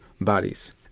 bodies